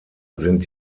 sind